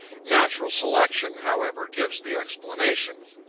natural selection, however, gives the explanation.